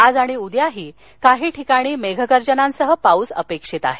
आज आणि उद्याही काही ठिकाणी मेघगर्जनांसह पाऊस अपेक्षित आहे